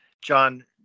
john